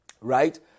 right